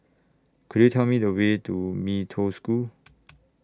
Could YOU Tell Me The Way to Mee Toh School